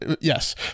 yes